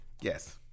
Yes